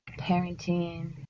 parenting